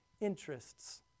interests